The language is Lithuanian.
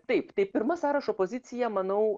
taip tai pirma sąrašo pozicija manau